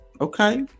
okay